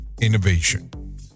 innovation